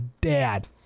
dad